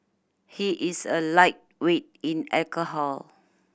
he is a lightweight in alcohol